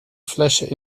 flessen